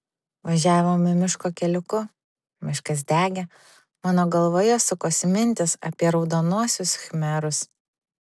važiavome miško keliuku miškas degė mano galvoje sukosi mintys apie raudonuosius khmerus